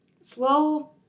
slow